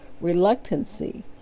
reluctancy